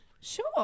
Sure